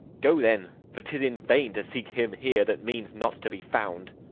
go then for tis in vain to seek him here that means not to be found.